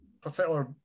particular